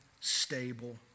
stable